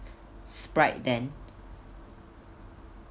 sprite then